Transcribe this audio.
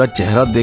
but to her